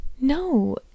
No